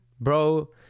bro